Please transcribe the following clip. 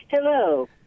hello